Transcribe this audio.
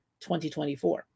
2024